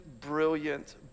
brilliant